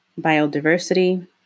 biodiversity